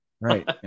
Right